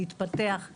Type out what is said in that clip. להתפתח,